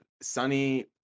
Sunny